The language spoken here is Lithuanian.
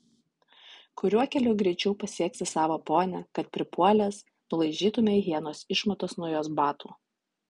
kuriuo keliu greičiau pasieksi savo ponią kad pripuolęs nulaižytumei hienos išmatas nuo jos batų